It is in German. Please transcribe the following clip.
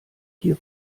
hier